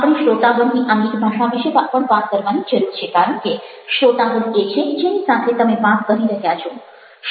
આપણે શ્રોતાગણની આંગિક ભાષા વિશે પણ વાત કરવાની જરૂર છે કારણ કે શ્રોતાગણ એ છે જેની સાથે તમે વાત કરી રહ્યા છો